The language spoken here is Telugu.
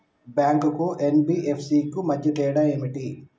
బ్యాంక్ కు ఎన్.బి.ఎఫ్.సి కు మధ్య తేడా ఏమిటి?